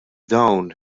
dawn